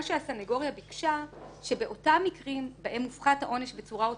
מה שהסניגוריה ביקשה הוא שבאותם מקרים בהם מופחת העונש בצורה אוטומטית,